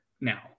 now